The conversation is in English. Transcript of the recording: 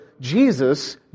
Jesus